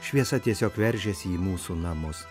šviesa tiesiog veržiasi į mūsų namus